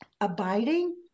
abiding